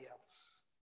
else